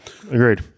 Agreed